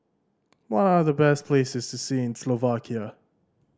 what are the best places to see in Slovakia